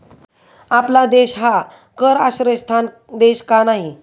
आपला देश हा कर आश्रयस्थान देश का नाही?